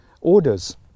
orders